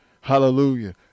Hallelujah